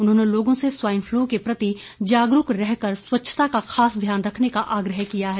उन्होंने लोगों से स्वाईन फलू के प्रति जागरूक रहकर स्वच्छता का खास ध्यान रखने का आग्रह किया है